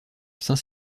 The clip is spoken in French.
saint